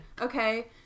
okay